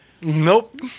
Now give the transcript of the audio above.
Nope